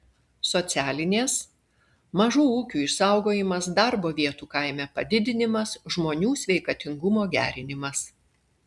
socialinės mažų ūkių išsaugojimas darbo vietų kaime padidinimas žmonių sveikatingumo gerinimas